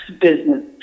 business